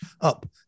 up